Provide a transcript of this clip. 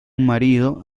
marido